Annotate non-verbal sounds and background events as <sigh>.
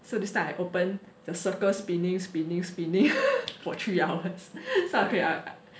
so to start I open the circle spinning spinning spinning <laughs> for three hours so I click